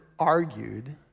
argued